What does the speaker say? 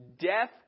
Death